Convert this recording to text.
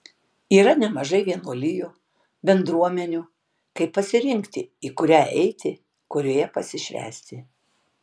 yra nemažai vienuolijų bendruomenių kaip pasirinkti į kurią eiti kurioje pasišvęsti